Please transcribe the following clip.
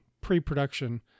pre-production